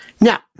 Now